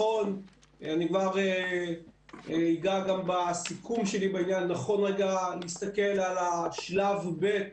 אני אגע גם בסיכום שלי בעניין נכון להסתכל על שלב ב'